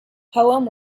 poem